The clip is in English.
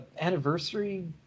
anniversary